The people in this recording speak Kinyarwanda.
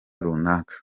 runaka